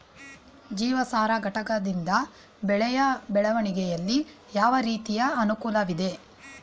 ಜೀವಸಾರ ಘಟಕದಿಂದ ಬೆಳೆಯ ಬೆಳವಣಿಗೆಯಲ್ಲಿ ಯಾವ ರೀತಿಯ ಅನುಕೂಲವಿದೆ?